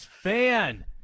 fan